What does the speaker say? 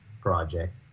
project